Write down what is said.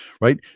right